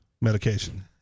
medication